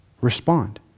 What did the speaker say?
Respond